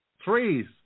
trees